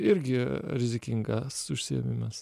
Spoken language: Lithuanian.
irgi rizikingas užsiėmimas